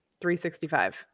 365